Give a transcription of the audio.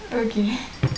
okay